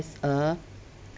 as a